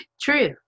True